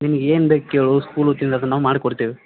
ನಿನ್ಗೆ ಏನು ಬೇಕು ಕೇಳು ಸ್ಕೂಲ್ ವತಿಯಿಂದ ಅದನ್ನ ನಾವು ಮಾಡಿ ಕೊಡ್ತೇವೆ